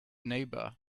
neighbour